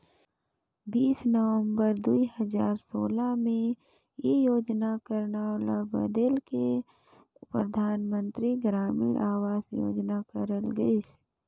बीस नवंबर दुई हजार सोला में ए योजना कर नांव ल बलेद के परधानमंतरी ग्रामीण अवास योजना करल गइस